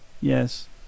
Yes